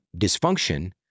dysfunction